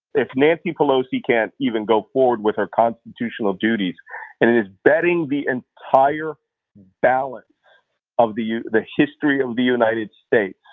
if nancy pelosi can't even go forward with her constitutional duties and is betting the entire balance of the the history of the united states